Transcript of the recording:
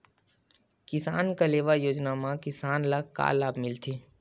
किसान कलेवा योजना म किसान ल का लाभ मिलथे?